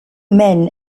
men